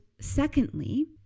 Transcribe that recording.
secondly